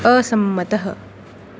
असम्मतः